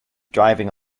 driving